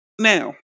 Now